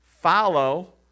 Follow